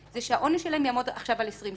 היא שהעונש שלהם יעמוד עכשיו על 20 שנים.